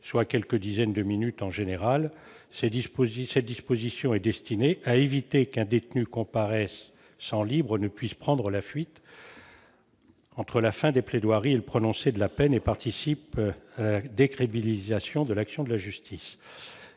quelques dizaines de minutes. Une telle disposition est destinée à éviter qu'un détenu comparaissant libre ne prenne la fuite entre la fin des plaidoiries et le prononcé de la peine, ce qui participerait à la décrédibilisation de l'action de la justice.